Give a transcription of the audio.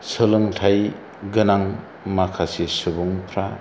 सोलोंथाइ गोनां माखासे सुबुंफ्रा